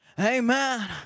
Amen